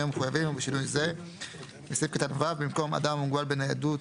המחוייבים ובשינוי זה - בסעיף קטן (ו) במקום "אדם מוגבל בניידות